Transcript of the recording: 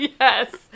Yes